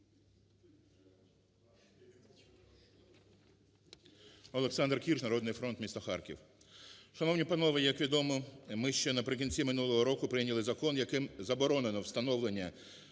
ОлександрКірш, "Народний фронт", місто Харків. Шановні панове, як відомо, ми ще наприкінці минулого року прийняли закон, яким заборонено встановлення